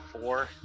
four